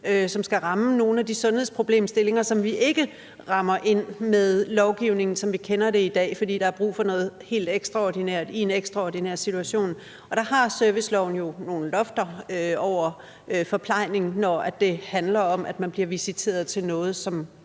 som skal ramme nogle af de sundhedsproblemstillinger, som vi ikke rammer ind med lovgivningen, som vi kender den i dag, fordi der er brug for noget helt ekstraordinært i en ekstraordinær situation, og der har serviceloven jo nogle lofter over forplejning, når det handler om, at man bliver visiteret til noget, som